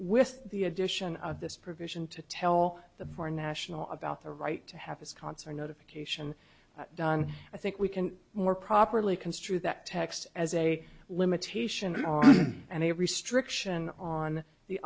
with the addition of this provision to tell the foreign national about the right to have his concert notification done i think we can more properly construe that text as a limitation and a restriction on the